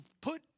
put